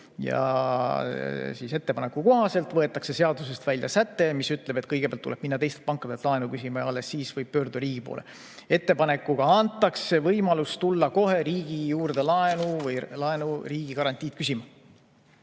lisakulu. Ettepaneku kohaselt võetakse seadusest välja säte, mis ütleb, et kõigepealt tuleb minna teistelt pankadelt laenu küsima ja alles siis võib pöörduda riigi poole. Ettepanekuga antakse võimalus tulla kohe riigi juurde laenu või riigigarantiid küsima.